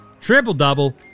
triple-double